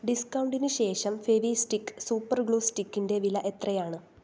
ഡിസ്കൗണ്ടിന് ശേഷം Fevistik super glue സ്റ്റിക്ക്ന്റെ വില എത്രയാണ്